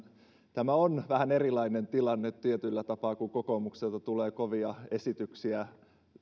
tämä on vähän erilainen tilanne tietyllä tapaa kun kokoomukselta tulee kovia esityksiä